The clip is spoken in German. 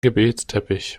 gebetsteppich